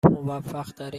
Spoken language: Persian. موفقترین